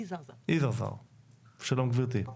שלום גבירתי.